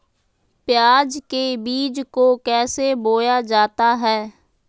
प्याज के बीज को कैसे बोया जाता है?